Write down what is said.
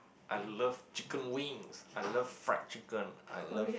I love chicken wings I love fried chicken I love